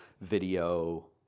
video